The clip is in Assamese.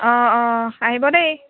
অঁ অঁ আহিব দেই